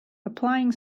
applying